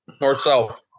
north-south